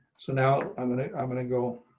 so now i'm going to, i'm going to go